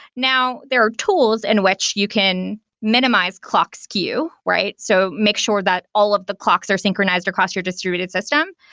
now, there are tools in which you can minimize clock skew, right? so make sure that all of the clocks are synchronized across your distributed system.